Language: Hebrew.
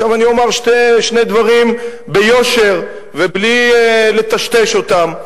עכשיו אני אומר שני דברים ביושר, ובלי לטשטש אותם: